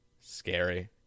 scary